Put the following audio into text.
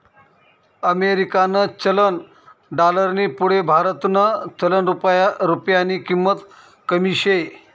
अमेरिकानं चलन डालरनी पुढे भारतनं चलन रुप्यानी किंमत कमी शे